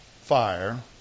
fire